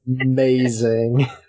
amazing